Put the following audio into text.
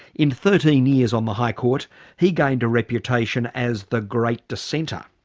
in thirteen years on the high court he gained a reputation as the great dissenter.